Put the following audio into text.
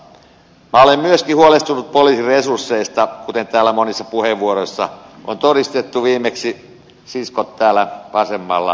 minä olen myöskin huolestunut poliisin resursseista kuten täällä monissa puheenvuoroissa on todistettu viimeksi siskot täällä vasemmalla sitä todistelivat